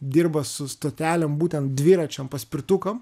dirba su stotelėm būtent dviračiam paspirtukam